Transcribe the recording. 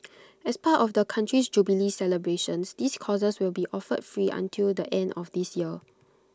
as part of the country's jubilee celebrations these courses will be offered free until the end of this year